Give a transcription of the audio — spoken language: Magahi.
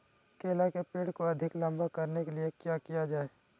केला के पेड़ को अधिक लंबा करने के लिए किया किया जाए?